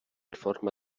forma